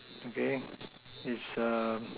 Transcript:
okay is a